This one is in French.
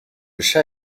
chat